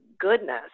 goodness